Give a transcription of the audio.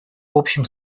общим